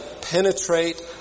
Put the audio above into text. penetrate